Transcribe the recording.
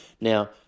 Now